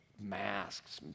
masks